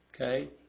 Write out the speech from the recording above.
Okay